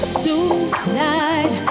tonight